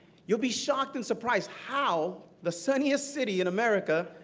you'll be shocked and surprised how the sunniest city in america,